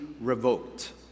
revoked